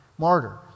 Martyr